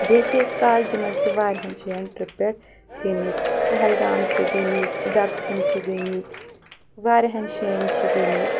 بیٚیہِ چھِ أسۍ کالجہِ منٛز تہِ وارِہَن جایَن ٹِرٛپ پٮ۪ٹھ گٔمِتۍ پہلگام چھِ گٔمِتۍ ڈٮ۪کسُم چھِ گٔمِتۍ وارِہَن جایَن چھِ گٔمِتۍ